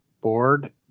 board